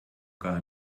gar